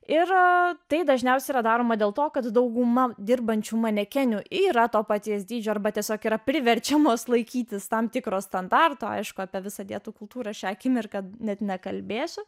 ir tai dažniausiai yra daroma dėl to kad dauguma dirbančių manekenių yra to paties dydžio arba tiesiog yra priverčiamos laikytis tam tikro standarto aišku apie visą dietų kultūrą šią akimirką net nekalbėsiu